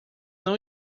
não